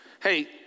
hey